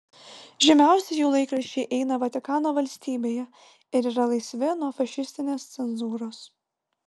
žymiausi jų laikraščiai eina vatikano valstybėje ir yra laisvi nuo fašistinės cenzūros